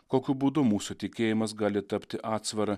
kokiu būdu mūsų tikėjimas gali tapti atsvara